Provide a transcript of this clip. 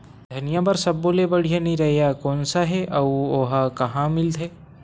धनिया बर सब्बो ले बढ़िया निरैया कोन सा हे आऊ ओहा कहां मिलथे?